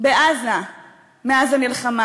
בעזה מאז המלחמה.